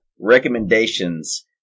recommendations